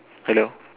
hello